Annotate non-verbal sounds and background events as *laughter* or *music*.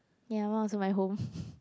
ya my one also my home *laughs*